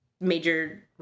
major